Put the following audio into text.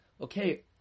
okay